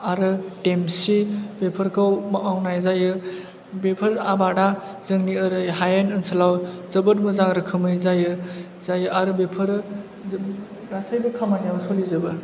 आरो देमसि बेफोरखौ मावनाय जायो बेफोर आबादा जोंनि ओरै हायेन ओनसोलाव जोबोद मोजां रोखोमै जायो जायो आरो बेफोरो जोब गासै खामानियाव सोलिजोबो